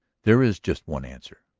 there is just one answer,